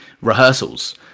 rehearsals